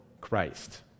christ